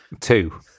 two